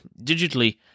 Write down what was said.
digitally